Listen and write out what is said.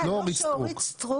לא בכובע של אורית סטרוק.